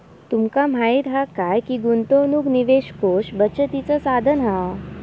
तुमका माहीत हा काय की गुंतवणूक निवेश कोष बचतीचा साधन हा